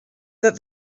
that